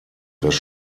dass